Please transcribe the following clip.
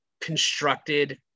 constructed